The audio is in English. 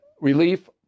relief